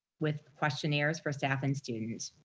with questionnaires for staff and students.